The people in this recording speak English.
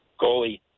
goalie